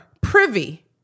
privy